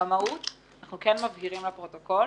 במהות אנחנו כן מבהירים לפרוטוקול